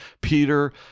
Peter